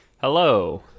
Hello